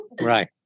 right